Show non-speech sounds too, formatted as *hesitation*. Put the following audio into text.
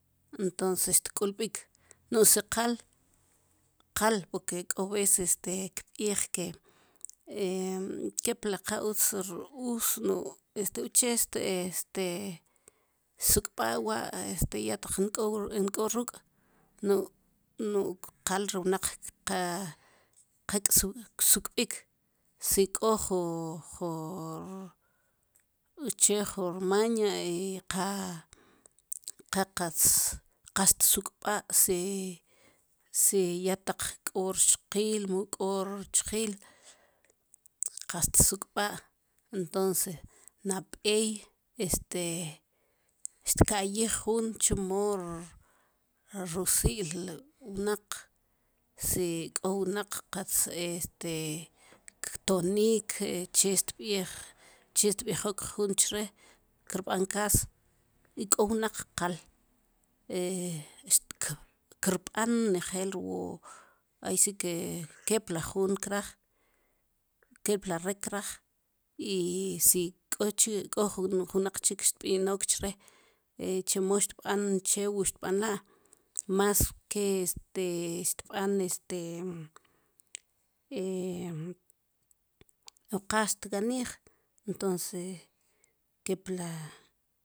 Entonces tk'ulb'ik nu siqal qal por que k'o veces kb'iij ke *hesitation* kepla qa utz r-uus nu'j uche' este este tsuk'b'a wa' ya taq ink'o ruk' nu'j qal ri wnaq qa qa ksuk'b'ik si k'o ju jur uche' ju rmaña qa qatz qa tsuk'b'a si si ya taq k'o wu rxqiil mu k'o rchjiil qatz tsuk'b'a entonce nab'ey este xtka'yij jun chemo r-rusi'l wnaq si k'o wnaq qatz este ktonik che xtb'iij che xtb'ijok jun chre' kirb'an kaas i k'o wnaq qal *hesitation* kirb'an nejeel wu ayi si ke kepla jun kraaj kip la re' kraaj i si k'o chi' k'o jun wnaq xtb'inook chre' chemo xtkb'an che wu xtb'anla' mas que este xtb'an este *hesitation* o qa xtganij entonces kepla